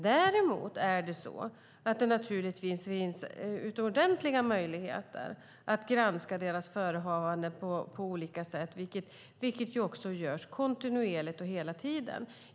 Däremot finns det naturligtvis utomordentliga möjligheter att granska deras förehavanden på olika sätt, vilket också görs kontinuerligt.